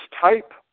type